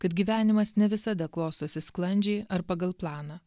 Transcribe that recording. kad gyvenimas ne visada klostosi sklandžiai ar pagal planą